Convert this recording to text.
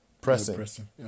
pressing